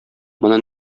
моны